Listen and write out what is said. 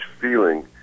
feeling